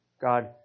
God